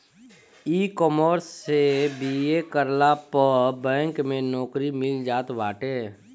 ecommerce से BA करला पअ बैंक में नोकरी मिल जात बाटे